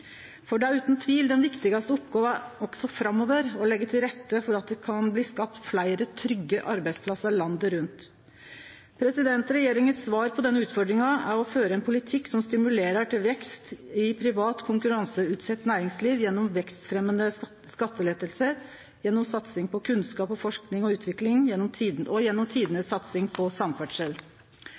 Det er utan tvil den viktigaste oppgåva også framover å leggje til rette for at det kan bli skapt fleire trygge arbeidsplassar landet rundt. Regjeringas svar på denne utfordringa er å føre ein politikk som stimulerer til vekst i privat konkurranseutsett næringsliv gjennom vekstfremjande skattelettar, gjennom satsing på kunnskap, forsking og utvikling og gjennom tidenes satsing på samferdsel.